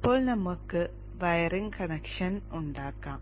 ഇപ്പോൾ നമുക്ക് wiring connection ഉണ്ടാക്കാം